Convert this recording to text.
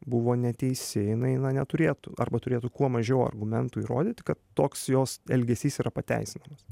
buvo neteisi jinai na neturėtų arba turėtų kuo mažiau argumentų įrodyti kad toks jos elgesys yra pateisinamas